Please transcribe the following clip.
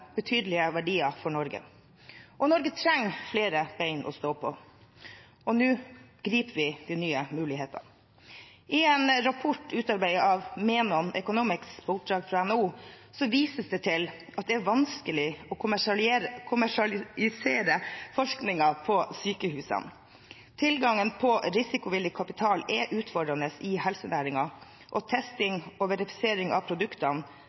betydelige verdier for Norge. Norge trenger flere bein å stå på, og nå griper vi de nye mulighetene. I en rapport utarbeidet av Menon Economics, på oppdrag fra NHO, vises det til at det er vanskelig å kommersialisere forskningen på sykehusene. Tilgangen på risikovillig kapital er utfordrende i helsenæringen, også testing og verifisering av produktene,